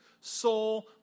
soul